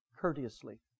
courteously